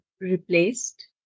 replaced